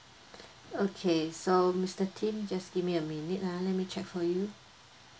okay so mister tim just give me a minute ah let me check for you